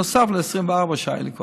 נוסף ל-24 שהיו לי קודם.